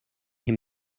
him